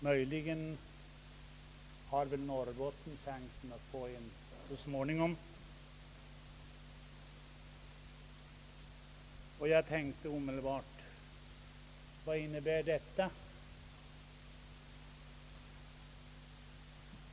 Möjligen har Norrbotten en chans att få en. Jag tänkte omedelbart: Vad inrebär detta?